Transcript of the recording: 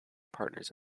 partners